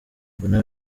mbona